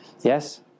yes